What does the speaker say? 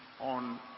on